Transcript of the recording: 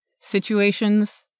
situations